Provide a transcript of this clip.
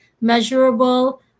measurable